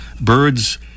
birds